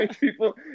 People